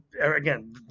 Again